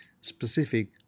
specific